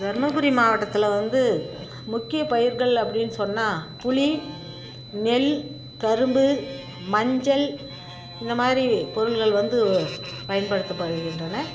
தருமபுரி மாவட்டத்தில் வந்து முக்கிய பயிர்கள் அப்டின்னு சொன்னால் புளி நெல் கரும்பு மஞ்சள் இந்த மாதிரி பொருள்கள் வந்து பயன்படுத்தப்படுகின்றன